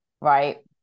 right